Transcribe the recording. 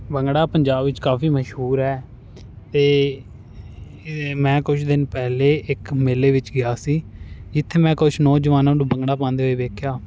ਭੰਗੜਾ ਪੰਜਾਬ ਵਿੱਚ ਕਾਫ਼ੀ ਮਸ਼ਹੂਰ ਹੈ ਅਤੇ ਇਹ ਮੈਂ ਕੁਛ ਦਿਨ ਪਹਿਲੇ ਇੱਕ ਮੇਲੇ ਵਿੱਚ ਗਿਆ ਸੀ ਜਿੱਥੇ ਮੈਂ ਕੁਛ ਨੌਜਵਾਨਾਂ ਨੂੰ ਭੰਗੜਾ ਪਾਉਂਦੇ ਹੋਏ ਵੇਖਿਆ